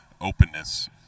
openness